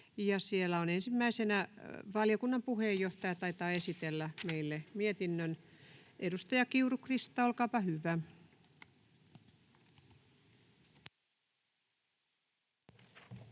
sisällöstä. — Valiokunnan puheenjohtaja taitaa esitellä meille mietinnön. Edustaja Kiuru, Krista, olkaapa hyvä. [Speech